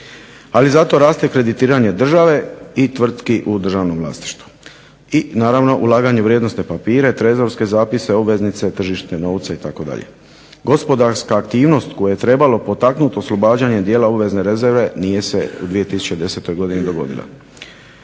ali zato raste kreditiranje države i tvrtki u državnom vlasništvu i naravno ulaganje u vrijednosne papire, trezorske zapise, obveznice tržište novca itd. Gospodarska aktivnost koja je trebala potaknuti oslobađanje dijela obvezne rezerve nije se u 2010. godini dogodila.